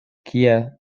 kie